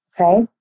okay